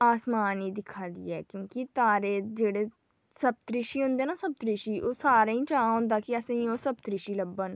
आसमान'ई दिक्खा दी ऐ क्योंकि तारे जेह्ड़े सप्तरिशी होंदे ना सप्तरिशी ओह् सारें'ई चाऽ होंदा कि अ'सेंई ओह् सप्तरिशी लब्भन